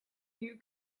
you